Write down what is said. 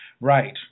Right